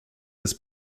des